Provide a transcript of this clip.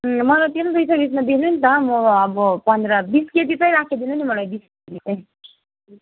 मलाई त्यो नि दुई सौ बिसमा दिनु न त म अब पन्ध्र बिस केजी चाहिँ राखिदिनु नि मलाई बिस केजी चाहिँ